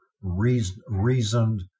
reasoned